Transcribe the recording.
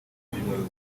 umuyoboro